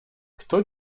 kto